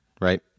Right